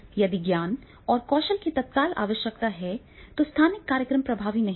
यदि ज्ञान और कौशल की तत्काल आवश्यकता है तो स्थानिक कार्यक्रम प्रभावी नहीं हैं